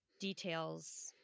details